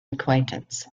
acquaintance